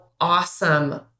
awesome